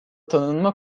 tanınma